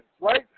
right